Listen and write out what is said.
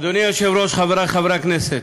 אדוני היושב-ראש, חברי חברי הכנסת,